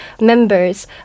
members